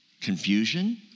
confusion